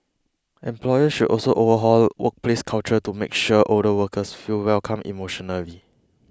employers should also overhaul workplace culture to make sure older workers feel welcome emotionally